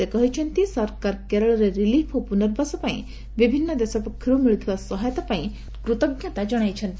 ସେ କହିଛନ୍ତି ସରକାର କେରଳରେ ରିଲିଫ୍ ଓ ପୁନର୍ବାସ ପାଇଁ ବିଭିନ୍ନ ଦେଶ ପକ୍ଷରୁ ମିଳୁଥିବା ସହାୟତା ପାଇଁ କୃତଜ୍ଞତା ଜଣାଇଛନ୍ତି